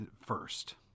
first